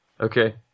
Okay